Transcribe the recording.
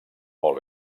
molt